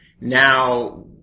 Now